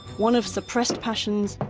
one of suppressed passions,